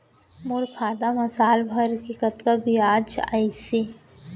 मोर खाता मा साल भर के कतका बियाज अइसे?